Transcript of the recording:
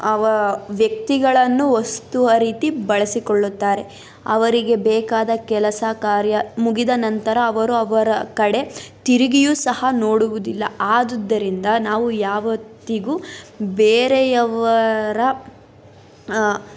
ಅವ ವ್ಯಕ್ತಿಗಳನ್ನು ವಸ್ತು ರೀತಿ ಬಳಸಿಕೊಳ್ಳುತ್ತಾರೆ ಅವರಿಗೆ ಬೇಕಾದ ಕೆಲಸ ಕಾರ್ಯ ಮುಗಿದ ನಂತರ ಅವರು ಅವರ ಕಡೆ ತಿರುಗಿಯೂ ಸಹ ನೋಡುವುದಿಲ್ಲ ಆದುದ್ದರಿಂದ ನಾವು ಯಾವತ್ತಿಗೂ ಬೇರೆಯವರ